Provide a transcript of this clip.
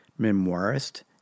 memoirist